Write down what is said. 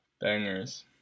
Bangers